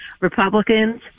Republicans